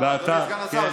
אדוני סגן השר,